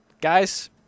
guys